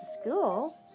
school